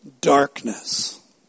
darkness